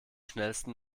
schnellsten